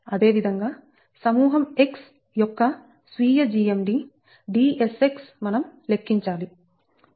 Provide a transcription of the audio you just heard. అదే విధంగా సమూహం x యొక్క స్వీయ GMD Dsx మనం లెక్కించాలి